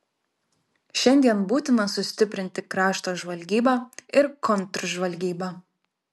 šiandien būtina sustiprinti krašto žvalgybą ir kontržvalgybą